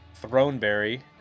throneberry